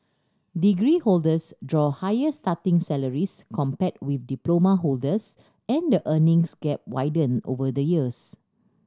degree holders draw higher starting salaries compared with diploma holders and the earnings gap widen over the years